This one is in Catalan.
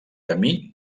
camí